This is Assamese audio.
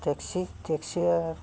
টেক্সি টেক্সি আৰু